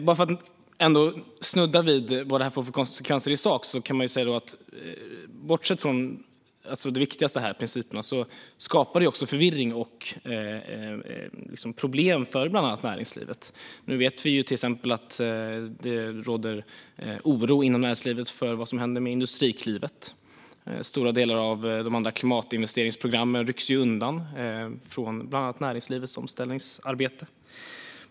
Jag ska ändå snudda vid vad det får för konsekvenser i sak. Bortsett från det viktigaste med principerna skapar det också förvirring och problem för bland annat näringslivet. Nu vet vi till exempel att det råder oro inom näringslivet för vad som händer med Industriklivet. Stora delar av de andra klimatinvesteringsprogrammen rycks undan från bland annat näringslivets omställningsarbete.